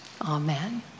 Amen